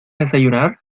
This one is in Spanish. desayunar